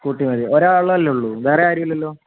scooty മതി ഒരാൾ അല്ലേ ഉള്ളൂ വേറെ ആരും ഇല്ലല്ലോ